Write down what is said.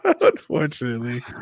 Unfortunately